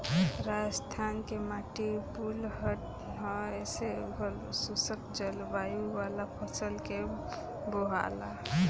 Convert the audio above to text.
राजस्थान के माटी बलुअठ ह ऐसे उहा शुष्क जलवायु वाला फसल के बोआला